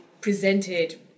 presented